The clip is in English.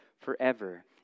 forever